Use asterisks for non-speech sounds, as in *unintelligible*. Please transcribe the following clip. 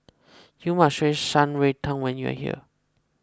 you must *unintelligible* Shan Rui Tang when you are here